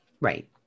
Right